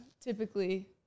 typically